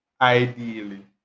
ideally